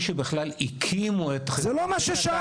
שבכלל הקימו את חברות --- זה לא מה ששאלתי.